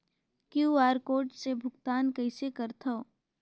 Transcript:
QR code से भुगतान कइसे करथव?